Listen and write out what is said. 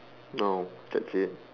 oh that's it